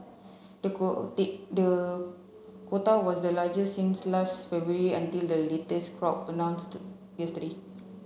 the the quota was the largest since last February until the latest crop announced yesterday